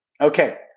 Okay